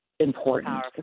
important